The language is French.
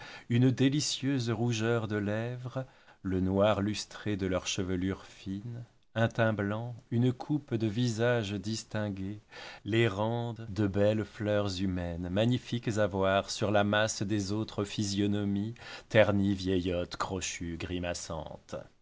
une délicieuse rougeur de lèvres le noir lustré de leur chevelure fine un teint blanc une coupe de visage distinguée les rendent de belles fleurs humaines magnifiques à voir sur la masse des autres physionomies ternies vieillottes crochues grimaçantes